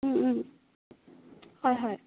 হয় হয়